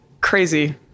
crazy